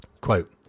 Quote